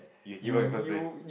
you will give up in first place